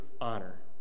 honor